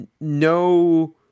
no